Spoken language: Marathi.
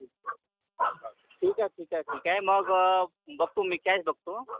ठीक ठीक आहे ठीक आहे ठीक आहे मग बघतो मी कॅश बघतो